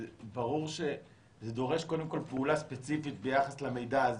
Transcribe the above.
זה ברור שזה דורש קודם פעולה ספציפית ביחס למידע הזה